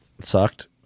sucked